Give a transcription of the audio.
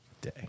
day